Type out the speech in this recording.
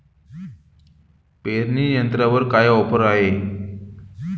पेरणी यंत्रावर काय ऑफर आहे?